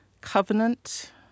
covenant